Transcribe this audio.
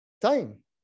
Time